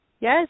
Yes